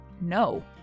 No